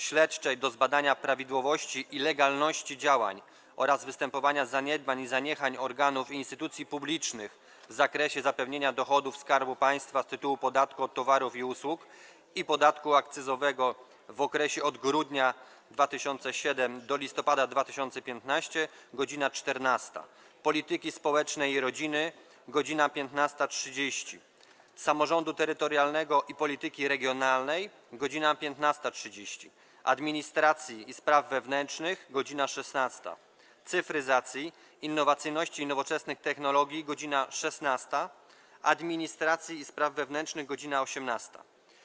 Śledczej do zbadania prawidłowości i legalności działań oraz występowania zaniedbań i zaniechań organów i instytucji publicznych w zakresie zapewnienia dochodów Skarbu Państwa z tytułu podatku od towarów i usług i podatku akcyzowego w okresie od grudnia 2007 r. do listopada 2015 r. - godz. 14, - Polityki Społecznej i Rodziny - godz. 15.30, - Samorządu Terytorialnego i Polityki Regionalnej - godz. 15.30, - Administracji i Spraw Wewnętrznych - godz. 16, - Cyfryzacji, Innowacyjności i Nowoczesnych Technologii - godz. 16, - Administracji i Spraw Wewnętrznych - godz. 18.